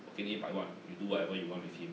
我给你一百万 you do whatever you want with him